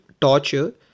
torture